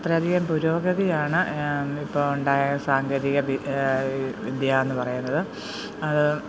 അത്രയധികം പുരോഗതിയാണ് ഇപ്പോൾ ഉണ്ടായ സാങ്കേതികവിദ്യ വിദ്യയെന്ന് പറയുന്നത് അത്